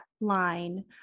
line